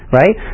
right